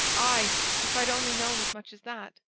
aye if i'd only known as much as that,